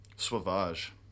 Sauvage